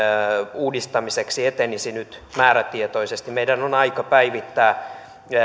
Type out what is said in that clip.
uudistamiseksi etenisi nyt määrätietoisesti meidän on aika päivittää